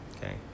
okay